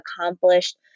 accomplished